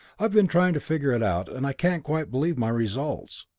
i've been trying to figure it out, and i can't quite believe my results.